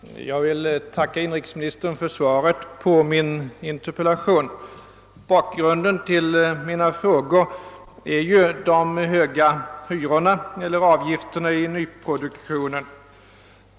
Herr talman! Jag vill tacka inrikesministern för svaret på min interpellation. Bakgrunden till mina frågor är att hyrorna och avgifterna i nyproduktionen är alltför höga för många bostadssökande.